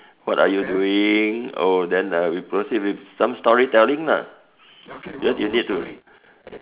what are you doing oh then we proceed with some storytelling lah because you need to